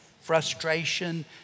frustration